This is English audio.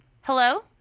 Hello